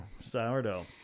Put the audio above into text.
Sourdough